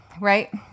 right